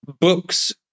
books